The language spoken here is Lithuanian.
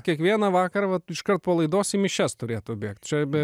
kiekvieną vakarą iškart po laidos į mišias turėtų bėgti be